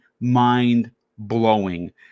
mind-blowing